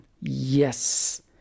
yes